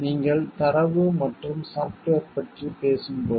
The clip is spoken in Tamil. நீங்கள் தரவு மற்றும் சாப்ட்வேர் பற்றி பேசும் போது